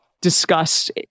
discussed